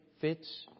fits